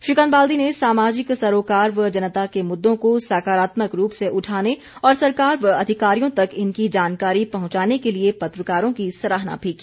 श्रीकांत बाल्दी ने सामाजिक सरोकार व जनता के मुद्दों को सकारात्मक रूप से उठाने और सरकार व अधिकारियों तक इनकी जानकारी पहुंचाने के लिए पत्रकारों की सराहना भी की